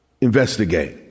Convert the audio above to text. investigate